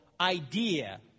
idea